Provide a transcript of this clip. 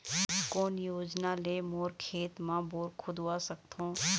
कोन योजना ले मोर खेत मा बोर खुदवा सकथों?